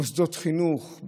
מוסדות חינוך,